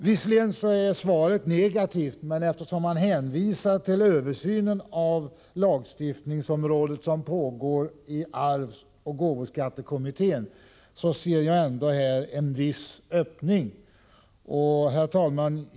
Visserligen är svaret negativt, men eftersom finansministern hänvisar till den översyn av lagstiftningsområdet som pågår i arvsoch gåvoskattekommittén, ser jag ändå en viss öppning. Herr talman!